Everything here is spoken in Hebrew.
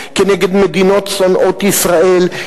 כנגד מדינות שונאות ישראל,